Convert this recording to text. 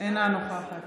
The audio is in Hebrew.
אינה נוכחת